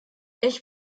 ich